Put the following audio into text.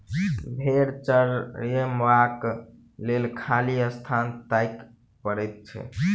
भेंड़ चरयबाक लेल खाली स्थान ताकय पड़ैत छै